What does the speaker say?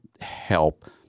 help